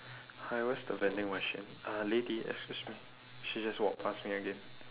hi where's the vending machine uh lady excuse me she just walked past me again